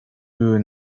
były